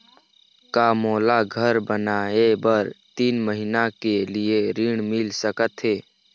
का मोला घर बनाए बर तीन महीना के लिए ऋण मिल सकत हे?